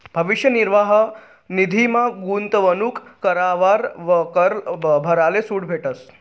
भविष्य निर्वाह निधीमा गूंतवणूक करावर कर भराले सूट भेटस